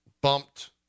bumped